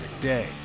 day